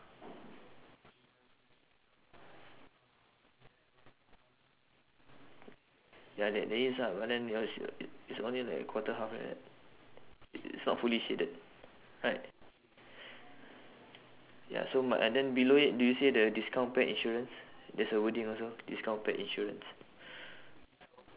ya there there is ah but then it it's only like quarter half like that it's not fully shaded right ya so my eh then below it do you see the discount pet insurance there's a wording also discount pet insurance